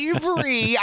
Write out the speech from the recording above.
Avery